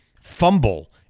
fumble